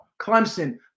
clemson